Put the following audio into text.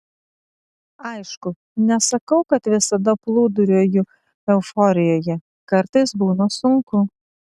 aišku nesakau kad visada plūduriuoju euforijoje kartais būna sunku